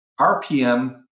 RPM